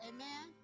Amen